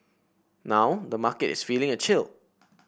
now the market is feeling a chill